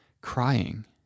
Crying